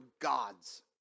gods